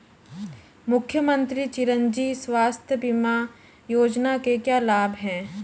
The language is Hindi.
मुख्यमंत्री चिरंजी स्वास्थ्य बीमा योजना के क्या लाभ हैं?